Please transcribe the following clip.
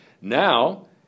Now